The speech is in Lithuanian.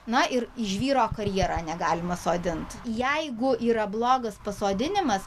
na ir žvyro karjerą negalima sodint jeigu yra blogas pasodinimas